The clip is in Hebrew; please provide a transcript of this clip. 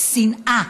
שנאה.